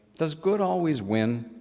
does good always win?